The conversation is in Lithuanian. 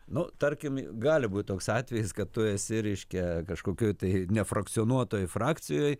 nu tarkim gali būt toks atvejis kad tu esi reiškia kažkokioj tai nefrakcionuotoj frakcijoj